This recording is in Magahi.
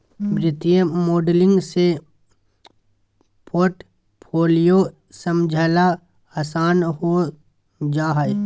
वित्तीय मॉडलिंग से पोर्टफोलियो समझला आसान हो जा हय